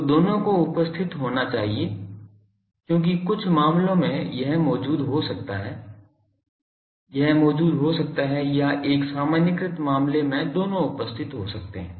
तो दोनों को उपस्थित होना चाहिए क्योंकि कुछ मामलों में यह मौजूद हो सकता है यह मौजूद हो सकता है या एक सामान्यीकृत मामले में दोनों उपस्थित हो सकता है